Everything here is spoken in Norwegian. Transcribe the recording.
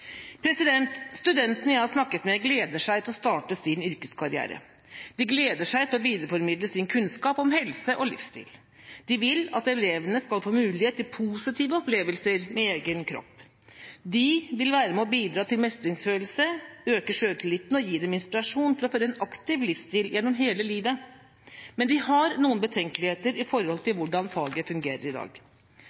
Studentene jeg har snakket med, gleder seg til å starte sin yrkeskarriere, de gleder seg til å videreformidle sin kunnskap om helse og livsstil. De vil at elevene skal få mulighet til positive opplevelser med egen kropp, de vil være med og bidra til mestringsfølelse, til å øke selvtilliten og gi dem inspirasjon til å føre en aktiv livsstil gjennom hele livet. Men de har noen betenkeligheter med tanke på hvordan faget fungerer i dag.